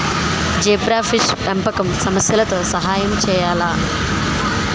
Zebrafish పెంపకం సమస్యలతో సహాయం చేయాలా?